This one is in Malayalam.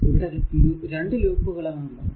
ഇവിടെ 2 ലൂപ്പുകൾ ആണുള്ളത്